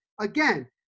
again